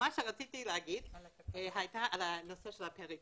לגבי הנושא של הפריפריה.